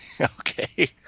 Okay